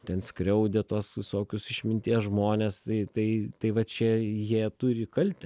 ten skriaudė tuos visokius išminties žmones tai tai tai va čia jie turi kaltę